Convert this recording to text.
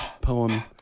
poem